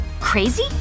Crazy